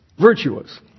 Virtuous